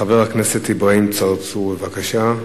חבר הכנסת אברהים צרצור, בבקשה.